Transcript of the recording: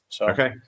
Okay